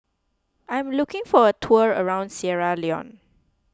I'm looking for a tour around Sierra Leone